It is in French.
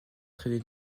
très